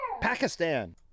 Pakistan